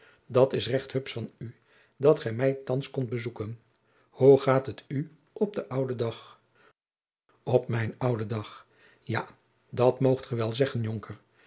dat is recht hupsch van u dat gij mij thands komt bezoeken hoe gaat het u op den ouden dag op mijn ouden dag ja dat moogt ge wel zeggen jonker